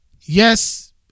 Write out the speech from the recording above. Yes